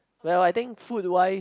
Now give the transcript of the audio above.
like what I think food wise